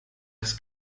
das